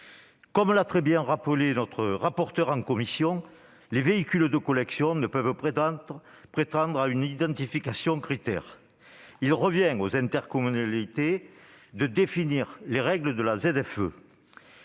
Comme l'a très bien rappelé la rapporteure, en commission, les véhicules de collection ne peuvent prétendre à une identification Crit'Air. Il revient aux intercommunalités de définir les règles de la ZFE,